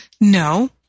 No